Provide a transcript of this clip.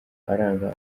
aranga